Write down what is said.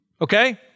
Okay